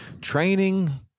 training